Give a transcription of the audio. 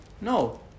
No